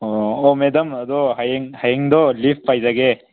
ꯑꯣ ꯑꯣ ꯃꯦꯗꯥꯝ ꯑꯗꯣ ꯍꯌꯦꯡꯗꯣ ꯂꯤꯕ ꯄꯥꯏꯖꯒꯦ